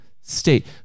state